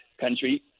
country